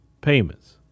payments